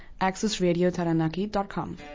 accessradiotaranaki.com